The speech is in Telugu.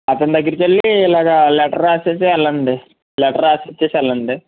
అతని దగ్గరికి వెళ్ళి ఇలాగా లెటర్ రాసేసి వెళ్ళండి లెటర్ రాసి ఇచ్చేసి వెళ్ళండి